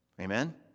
Amen